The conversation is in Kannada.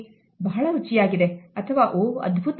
ಬಾಳ ರುಚಿಯಾಗಿದೆ ಅಥವಾ ಓ ಅದ್ಭುತ